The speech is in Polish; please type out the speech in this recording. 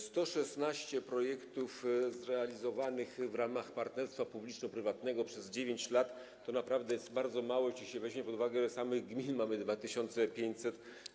116 projektów realizowanych w ramach partnerstwa publiczno-prywatnego przez 9 lat to naprawdę jest bardzo mało, jeśli się weźmie pod uwagę, że samych gmin mamy 2500.